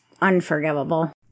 unforgivable